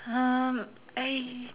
um I